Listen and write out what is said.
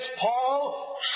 Paul